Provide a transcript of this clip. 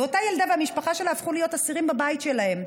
ואותה ילדה והמשפחה שלה הפכו להיות אסירים בבית שלהם.